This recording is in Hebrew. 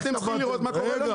אתם צריכים לראות מה קורה לנו.